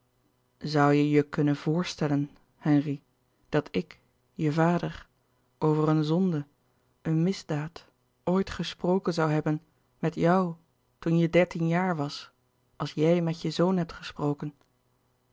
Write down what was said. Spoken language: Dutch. zoû je je kunnen voorstellen henri dat ik je vader over een zonde een misdaad ooit gesproken zoû hebben met jou toen je dertien jaar was als jij met je zoon hebt gesproken